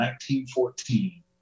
1914